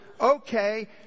okay